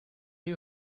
you